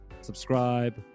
Subscribe